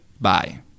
Bye